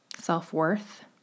self-worth